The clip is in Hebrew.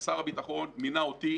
ושר הביטחון מינה אותי,